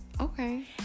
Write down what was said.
Okay